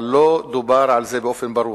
אבל לא דובר על זה באופן ברור.